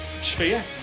sphere